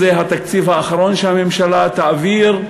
זה התקציב האחרון שהממשלה תעביר,